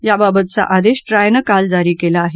याबाबतचा आदेश ट्रायनं काल जारी केला आहे